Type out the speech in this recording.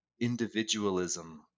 individualism